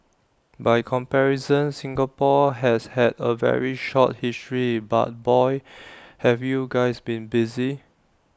by comparison Singapore has had A very short history but boy have you guys been busy